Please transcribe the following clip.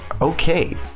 Okay